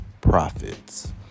profits